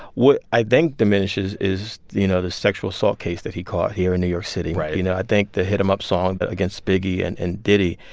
what i think diminishes is, you know, the sexual assault case that he caught here in new york city right you know, i think the hit em up song against biggie and and diddy,